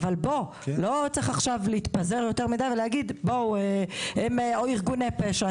לא צריך להתפזר יותר מידי ולהגיד בואו הם ארגוני פשע,